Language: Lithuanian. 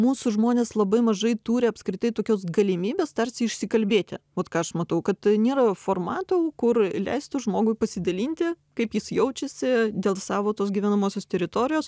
mūsų žmonės labai mažai turi apskritai tokios galimybės tarsi išsikalbėti vot ką aš matau kad nėra formatų kur leistų žmogui pasidalinti kaip jis jaučiasi dėl savo tos gyvenamosios teritorijos